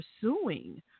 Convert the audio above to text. pursuing